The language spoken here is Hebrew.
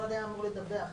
--- המשרד היה אמור לדווח גם.